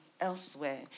elsewhere